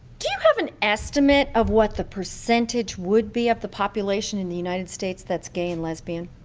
do you have an estimate of what the percentage would be of the population in the united states that's gay and lesbian?